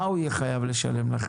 מה הוא יהיה חייב לשלם לך?